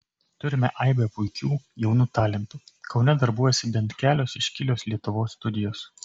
turime aibę puikių jaunų talentų kaune darbuojasi bent kelios iškilios lietuvos studijos